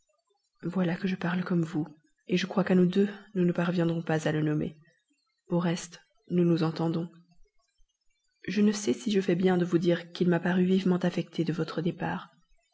voilà que je parle comme vous je crois qu'à nous deux nous ne parviendrons pas à le nommer au reste nous nous entendons je ne sais si je fais bien de vous dire qu'il m'a paru vivement affecté de votre départ